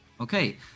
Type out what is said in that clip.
okay